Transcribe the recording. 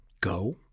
go